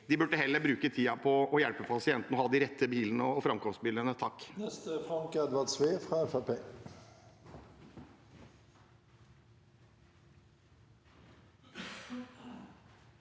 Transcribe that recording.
De burde heller bruke tiden på å hjelpe pasientene og ha de rette bilene og framkomstmidlene.